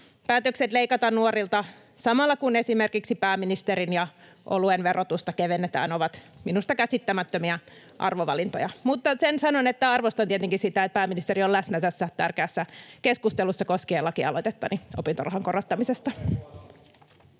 Päätökset leikata nuorilta samalla, kun esimerkiksi pääministerin ja oluen verotusta kevennetään, ovat minusta käsittämättömiä arvovalintoja, mutta sen sanon, että arvostan tietenkin sitä, että pääministeri on läsnä tässä tärkeässä keskustelussa koskien lakialoitettani opintorahan korottamisesta.